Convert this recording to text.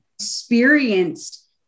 experienced